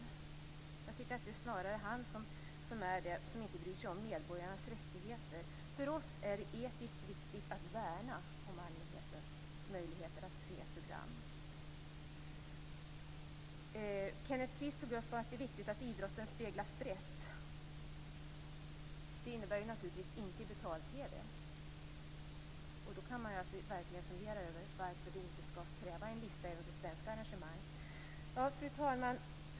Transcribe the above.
Jag tycker att det snarare är han som inte bryr sig om medborgarnas rättigheter. För oss är det etiskt viktigt att värna om allmänhetens möjligheter att se program. Kenneth Kvist tog upp att det är viktigt att idrotten speglas brett. Det innebär naturligtvis inte i betal TV, och då kan man verkligen över varför det inte skall krävas en lista över svenska arrangemang. Fru talman!